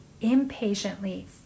impatiently